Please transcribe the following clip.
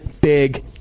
big